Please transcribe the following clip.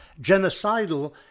genocidal